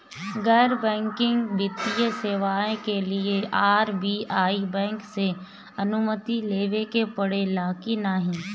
गैर बैंकिंग वित्तीय सेवाएं के लिए आर.बी.आई बैंक से अनुमती लेवे के पड़े ला की नाहीं?